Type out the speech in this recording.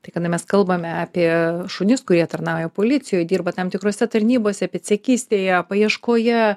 tai kada mes kalbame apie šunis kurie tarnauja policijoje dirba tam tikrose tarnybose pėdsekystėje paieškoje